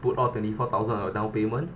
put all twenty four thousand on your down payment